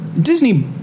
Disney